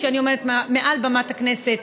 כשאני עומדת מעל במת הכנסת,